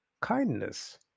kindness